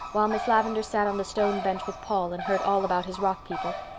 while miss lavendar sat on the stone bench with paul and heard all about his rock people.